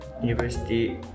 university